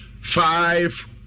five